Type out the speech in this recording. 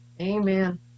Amen